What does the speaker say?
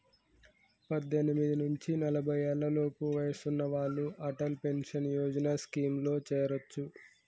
పద్దెనిమిది నుంచి నలభై ఏళ్లలోపు వయసున్న వాళ్ళు అటల్ పెన్షన్ యోజన స్కీమ్లో చేరొచ్చు